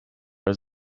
his